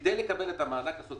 כדי לקבל את המענק הסוציאלי.